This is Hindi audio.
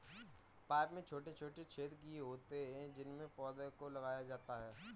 पाइप में छोटे छोटे छेद किए हुए होते हैं उनमें पौधों को लगाया जाता है